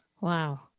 Wow